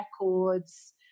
records